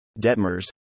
Detmers